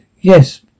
yes